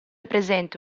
presente